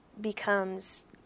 becomes